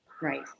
Right